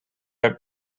have